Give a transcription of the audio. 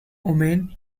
woman